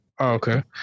Okay